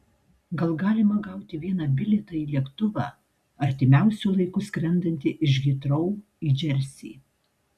gal galima gauti vieną bilietą į lėktuvą artimiausiu laiku skrendantį iš hitrou į džersį